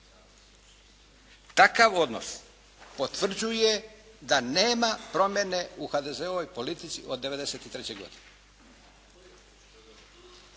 Takav odnos potvrđuje da nema promjene u HDZ-ovoj politici od 93. godine.